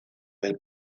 del